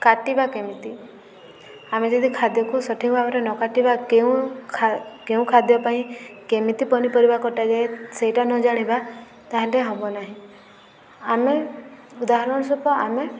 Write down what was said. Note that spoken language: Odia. କାଟିବା କେମିତି ଆମେ ଯଦି ଖାଦ୍ୟକୁ ସଠିକ ଭାବରେ ନ କାଟିବା କେଉଁ କେଉଁ ଖାଦ୍ୟ ପାଇଁ କେମିତି ପନିପରିବା କଟାଯାଏ ସେଇଟା ନ ଜାଣିବା ତାହେଲେ ହେବ ନାହିଁ ଆମେ ଉଦାହରଣ ସ୍ୱରୂପ ଆମେ